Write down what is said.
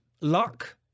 luck